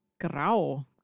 Grau